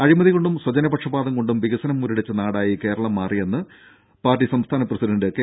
അഴിമതി കൊണ്ടും സ്വജനപക്ഷപാതം കൊണ്ടും വികസനം മുരടിച്ച നാടായി കേരളം മാറിയെന്ന് പാർട്ടി സംസ്ഥാന പ്രസിഡണ്ട് കെ